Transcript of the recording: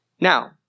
Now